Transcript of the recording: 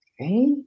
Okay